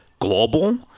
global